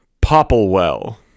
Popplewell